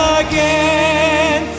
again